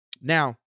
Now